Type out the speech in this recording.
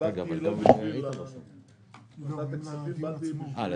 באתי לא בשביל ועדת הכספים, באתי בשביל